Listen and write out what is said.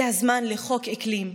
זה הזמן לחוק אקלים.